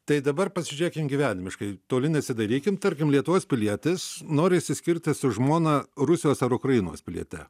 tai dabar pasižiūrėkim gyvenimiškai toli nesidairykim tarkim lietuvos pilietis nori išsiskirti su žmona rusijos ar ukrainos piliete